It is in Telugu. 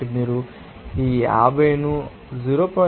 కాబట్టి మీరు ఈ 50 ను 0